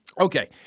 Okay